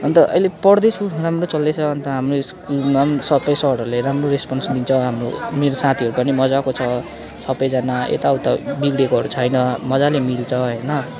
अन्त अहिले पढ्दैछु राम्रो चल्दैछ अन्त हाम्रो स्कुलमा पनि सबै सरहरूले राम्रो रेस्पोन्स दिन्छ हाम्रो मेरो साथीहरू पनि मज्जाको छ सबैजना यताउता बिग्रेकोहरू छैन मज्जाले मिल्छ होइन